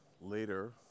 later